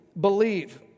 believe